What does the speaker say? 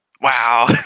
Wow